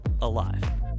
alive